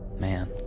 Man